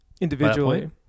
individually